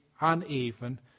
uneven